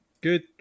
good